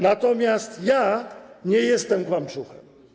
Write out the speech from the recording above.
Natomiast ja nie jestem kłamczuchem.